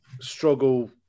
struggle